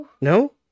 no